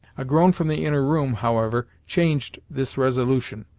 a groan from the inner room, however, changed this resolution,